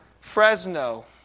Fresno